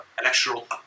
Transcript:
electoral